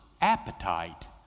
appetite